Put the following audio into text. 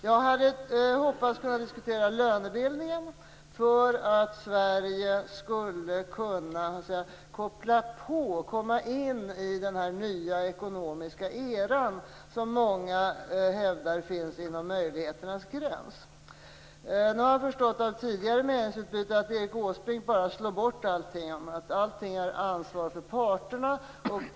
Jag hade hoppats få diskutera lönebildningen och Sveriges chans att komma in i den nya ekonomiska era som många hävdar finns inom möjligheternas gräns. Nu har jag förstått av tidigare meningsutbyte att Erik Åsbrink bara slår bort allting med att det är ett ansvar för parterna.